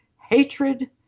hatred